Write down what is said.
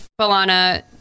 Balana